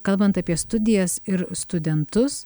kalbant apie studijas ir studentus